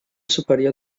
superior